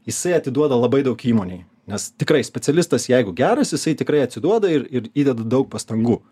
jisai atiduoda labai daug įmonei nes tikrai specialistas jeigu geras jisai tikrai atsiduoda ir įdeda daug pastangų